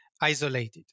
isolated